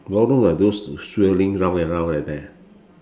ballroom like those swirling round and round like that ah